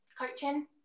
coaching